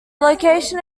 location